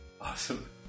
Awesome